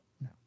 no